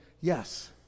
Yes